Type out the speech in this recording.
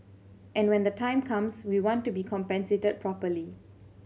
and when the time comes we want to be compensated properly